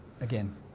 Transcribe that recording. again